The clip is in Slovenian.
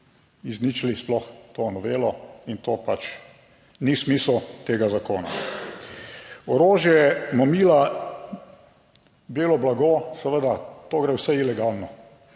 izničili sploh to novelo in to pač ni smisel tega zakona. Orožje, mamila, belo blago, seveda to gre vse ilegalno.